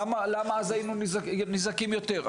למה אז היינו נזעקים יותר?